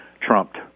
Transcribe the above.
trumped